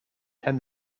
tend